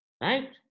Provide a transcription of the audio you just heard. Right